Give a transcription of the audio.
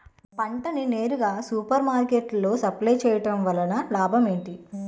పంట ని నేరుగా సూపర్ మార్కెట్ లో సప్లై చేయటం వలన లాభం ఏంటి?